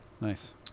Nice